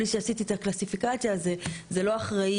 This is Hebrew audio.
בלי שעשיתי את הקלסיפיקציה זה לא אחראי.